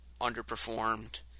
underperformed